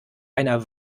einer